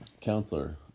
counselor